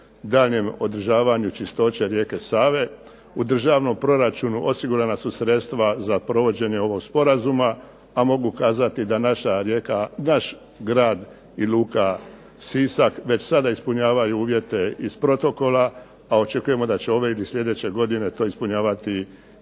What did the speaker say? daljnjem održavanju čistoće rijeke Save. U državnom proračunu osigurana su sredstva za provođenje ovog sporazuma a mogu kazati da naš grad i luka Sisak već sada ispunjavaju uvjete iz protokola a očekujemo da će ove ili slijedeće godine to ispunjavati i grad